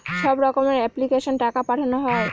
সব রকমের এপ্লিক্যাশনে টাকা পাঠানো হয়